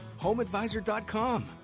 homeadvisor.com